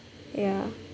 ya